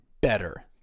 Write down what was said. better